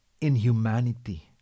inhumanity